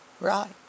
Right